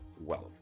wealth